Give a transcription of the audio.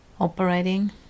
operating